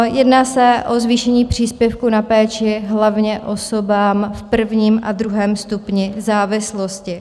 Jedná se o zvýšení příspěvku na péči hlavně osobám v prvním a druhém stupni závislosti.